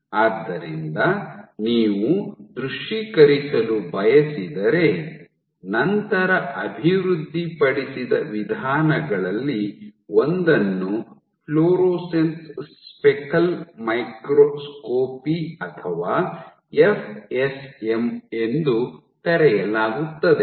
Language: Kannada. ಆದ್ದರಿಂದ ನೀವು ದೃಶ್ಯೀಕರಿಸಲು ಬಯಸಿದರೆ ನಂತರ ಅಭಿವೃದ್ಧಿಪಡಿಸಿದ ವಿಧಾನಗಳಲ್ಲಿ ಒಂದನ್ನು ಫ್ಲೋರೊಸೆನ್ಸ್ ಸ್ಪೆಕಲ್ ಮೈಕ್ರೋಸ್ಕೋಪಿ ಅಥವಾ ಎಫ್ಎಸ್ಎಂ ಎಂದು ಕರೆಯಲಾಗುತ್ತದೆ